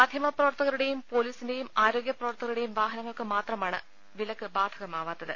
മാധ്യമ പ്രവർത്തകരുടെയും പൊലീസി ന്റെയും ആരോഗ്യ പ്രവർത്തകരുടെയും വാഹന്ങൾക്ക് മാത്ര മാണ് വിലക്ക് ബാധകമാവാത്തത്